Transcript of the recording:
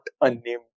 unnamed